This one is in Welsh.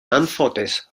anffodus